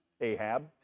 Ahab